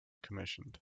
commissioned